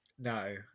No